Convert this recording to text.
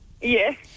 Yes